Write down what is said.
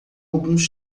alguns